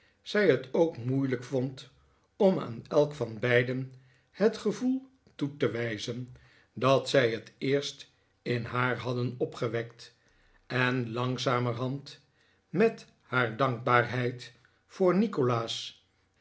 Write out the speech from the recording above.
zij het ook moeilijk vond om aan elk van beiden het gevoel toe te wijzen dat zij het eerst in haar hadden opgewekt en langzamerhand met haar dankbaarheid voor nikolaas